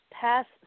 past